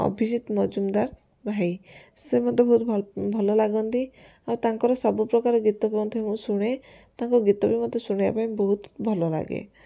ଅଭିଜିତ ମଜୁମଦାର ଭାଇ ସେ ମୋତେ ବହୁତ ଭଲ ଭଲ ଲାଗନ୍ତି ଆଉ ତାଙ୍କର ସବୁ ପ୍ରକାର ଗୀତ ମଧ୍ୟ ମୁଁ ଶୁଣେ ତାଙ୍କ ଗୀତ ବି ମୋତେ ଶୁଣିବା ପାଇଁ ବହୁତ ଭଲ ଲାଗେ